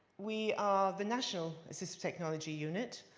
we are the national assistive technology unit.